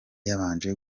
yabanje